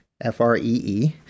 F-R-E-E